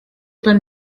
them